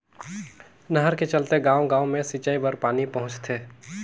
नहर के चलते गाँव गाँव मे सिंचई बर पानी पहुंचथे